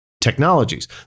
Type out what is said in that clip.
technologies